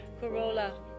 Corolla